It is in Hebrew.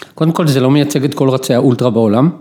קודם כל זה לא מייצג את כל רצי האולטרה בעולם.